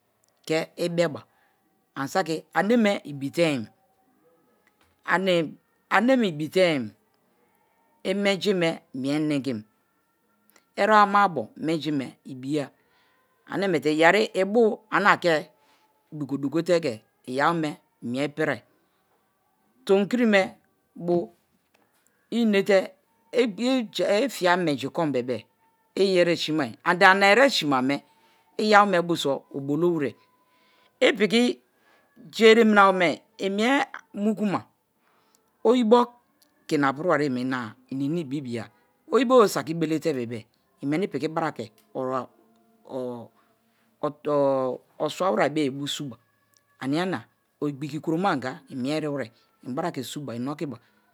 Ke̱ ibe̱ba ani̱ saki ane̱me̱ ibi̱tei̱n, ane̱me̱ ibi̱tei̱n imenji me̱ mie̱ nengim ere̱ bo ama-abo menji me ibiya ane miete yeri ibu anake dugo-dugo te̱ ke̱ iyawome̱ mie pirie. Tomikiri me bio inete ifia menji kon bebe-e iyeresimai ani eresimame iyawome bo so obolowere piki ja ereme minawome i mie mukuma oyibo ke ina piri wariyeme inina ibibiya oyibobe saki̱ be̱le̱te bebe-e meni pi̱ki̱ bara ke̱ o swawe̱bo̱ye̱ bu̱ suba ania-nia o igbiki kuro mari anga imie eriwere ibara ke̱ su̱ba̱ inokiba.